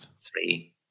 three